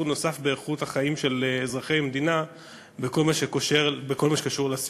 נוסף באיכות החיים של אזרחי המדינה בכל מה שקשור לסביבה.